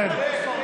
כן.